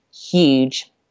huge